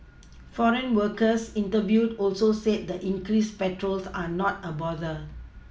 foreign workers interviewed also said the increased patrols are not a bother